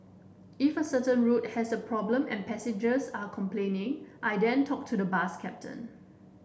if a certain route has a problem and passengers are complaining I then talk to the bus captain